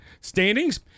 standings